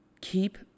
keep